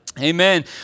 Amen